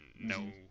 no